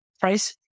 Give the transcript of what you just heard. price